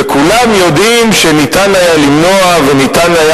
וכולם יודעים שניתן היה למנוע וניתן היה